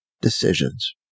decisions